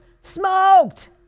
smoked